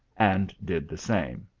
and did the same.